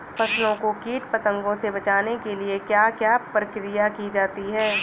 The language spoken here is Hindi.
फसलों को कीट पतंगों से बचाने के लिए क्या क्या प्रकिर्या की जाती है?